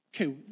Okay